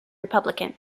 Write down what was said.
republican